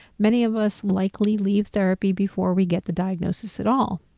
many of us likely leave therapy before we get the diagnosis at all.